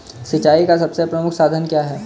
सिंचाई का सबसे प्रमुख साधन क्या है?